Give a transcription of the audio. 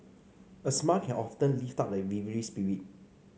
a smile can often lift up a weary spirit